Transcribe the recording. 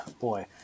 Boy